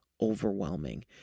overwhelming